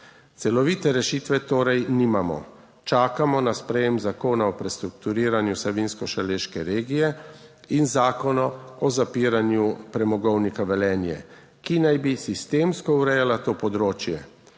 Celovite rešitve torej nimamo, čakamo na sprejem Zakona o prestrukturiranju Savinjsko-Šaleške regije in Zakona o zapiranju Premogovnika Velenje, ki naj bi sistemsko urejala to področje.